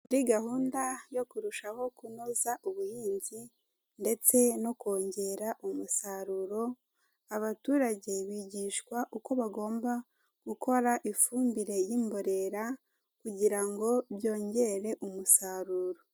Muri gahunda yo kurushaho kunoza ubuhinzi ndetse no kongera umusaruro, abaturage bigishwa uko bagomba gukora ifumbire y'imborera kugira ngo byongere umusaruro.